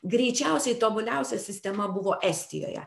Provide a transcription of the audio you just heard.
greičiausiai tobuliausia sistema buvo estijoje